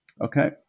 Okay